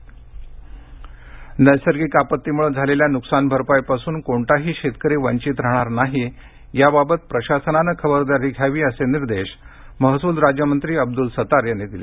प्रमोद कोनकररत्नागिरी नैसर्गिक आपत्तीमुळे झालेल्या नुकसान भरपाईपासून कोणताही शेतकरी वंचित राहणार नाही याबाबत प्रशासनाने खबरदारी घ्यावी असे निर्देश महसूल राज्यमंत्री अब्दुल सत्तार यांनी दिले